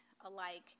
alike